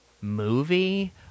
movie